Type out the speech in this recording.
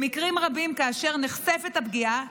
במקרים רבים, כאשר נחשפת הפגיעה,